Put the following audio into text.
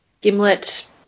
Gimlet